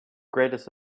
greatest